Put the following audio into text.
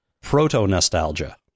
proto-nostalgia